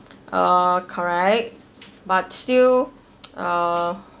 uh correct but still uh